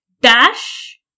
dash